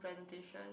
presentation